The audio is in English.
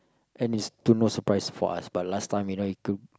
and it's to no surprise for us but last time you know it could